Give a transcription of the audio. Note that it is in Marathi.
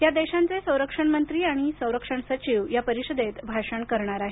या देशांचे संरक्षण मंत्री आणि संरक्षण सचिव या परिषदेत भाषण करणार आहेत